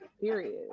Period